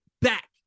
back